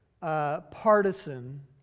partisan